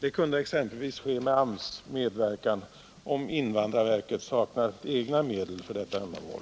Det kunde exempelvis ske med AMS:s medverkan, om invandrarverket saknar egna medel för detta ändamål.